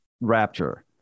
Rapture